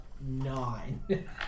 nine